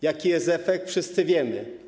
Jaki jest efekt, wszyscy wiemy.